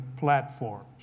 platforms